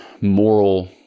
moral